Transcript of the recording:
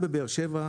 לבאר שבע?